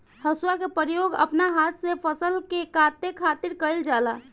हसुआ के प्रयोग अपना हाथ से फसल के काटे खातिर कईल जाला